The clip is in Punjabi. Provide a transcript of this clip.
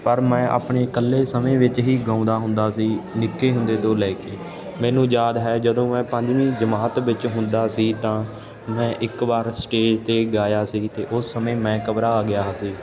ਪਰ ਮੈਂ ਆਪਣੇ ਇਕੱਲੇ ਸਮੇਂ ਵਿੱਚ ਹੀ ਗਾਉਂਦਾ ਹੁੰਦਾ ਸੀ ਨਿੱਕੇ ਹੁੰਦੇ ਤੋਂ ਲੈ ਕੇ ਮੈਨੂੰ ਯਾਦ ਹੈ ਜਦੋਂ ਮੈਂ ਪੰਜਵੀਂ ਜਮਾਤ ਵਿੱਚ ਹੁੰਦਾ ਸੀ ਤਾਂ ਮੈਂ ਇੱਕ ਵਾਰ ਸਟੇਜ 'ਤੇ ਗਾਇਆ ਸੀ ਅਤੇ ਉਸ ਸਮੇਂ ਮੈਂ ਘਬਰਾ ਗਿਆ ਸੀ